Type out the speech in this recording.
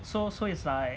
so so it's like